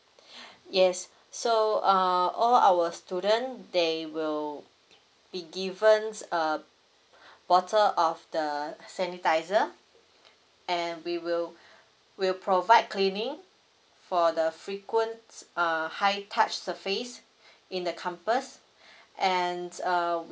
yes so err all our student they will be given uh bottle of the sanitiser and we will we'll provide cleaning for the frequent err high touch surface in the campus and err